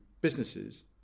businesses